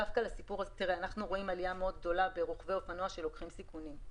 אנחנו רואים עלייה מאוד גדולה אצל רוכבי אופנוע שלוקחים סיכונים.